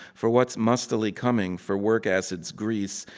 for what's mustily coming for work acids, grease,